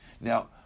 Now